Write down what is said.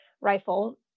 rifle